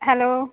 hello